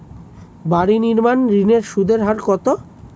বাড়ি নির্মাণ ঋণের সুদের হার কত?